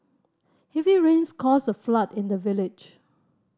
heavy rains caused a flood in the village